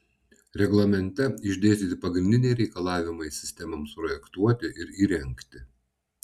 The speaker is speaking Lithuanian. reglamente išdėstyti pagrindiniai reikalavimai sistemoms projektuoti ir įrengti